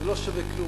זה לא שווה כלום,